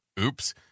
Oops